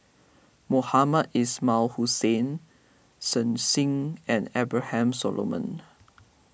Mohamed Ismail Hussain Shen Xi and Abraham Solomon